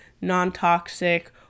non-toxic